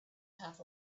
half